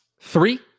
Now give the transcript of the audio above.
three